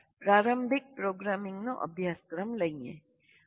ચાલો પ્રારંભિક પ્રોગ્રામિંગનો અભ્યાસક્રમ લઈએ